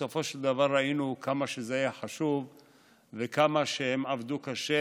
בסופו של דבר ראינו כמה שזה היה חשוב וכמה שהם עבדו קשה.